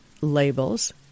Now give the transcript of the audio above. labels